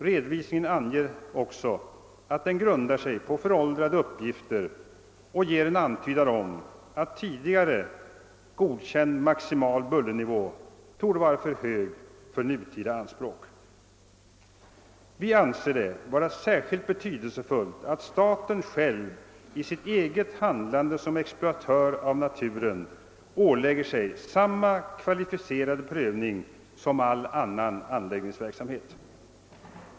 Redovisningen anger också att den grundar sig på föråldrade uppgifter och ger en antydan om att tidigare godkänd maximal bullernivå torde vara för hög för nutida anspråk. Vi anser det vara särskilt betydelsefullt att staten i sitt eget handlande som exploatör av naturen ålägger sig samma kvalificerade prövning som all annan anläggningsverksamhet.